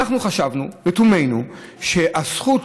אנחנו חשבנו לתומנו שהזכות